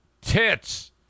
tits